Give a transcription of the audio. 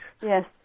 Yes